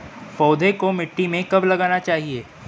पौधे को मिट्टी में कब लगाना चाहिए?